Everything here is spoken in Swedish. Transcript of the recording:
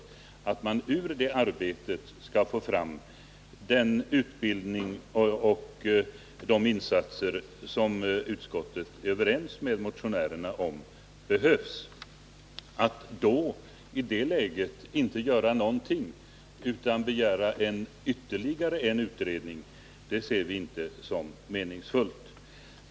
Vi väntar oss att man i det här arbetet skall komma fram till förslag om sådana insatser i form av bl.a. utbildning som behövs, vilket utskottet är överens med motionärerna om. Att i det läget inte göra någonting utan begära ytterligare en utredning ser vi inte som meningsfullt.